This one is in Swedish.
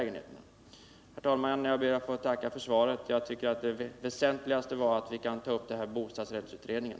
Enligt min mening var det väsentligaste i det att vi kan ta upp frågan i bostadsrättsutredningen.